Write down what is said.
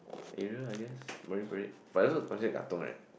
area I guess Marine-Parade but also must near Katong right